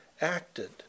acted